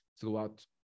throughout